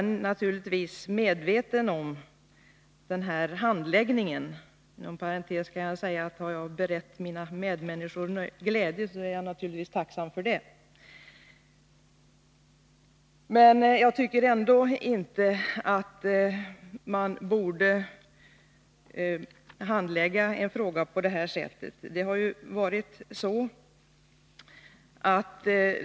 Inom parentes kan jag säga att har jag berett mina medmänniskor glädje, så är jag naturligtvis tacksam för det. Jag är självfallet medveten om handläggningen. Men jag tycker ändå inte att man borde handlägga en fråga på det här sättet.